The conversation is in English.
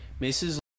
Mrs